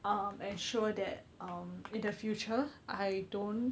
um ensure that um in the future I don't